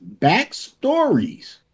backstories